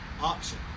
option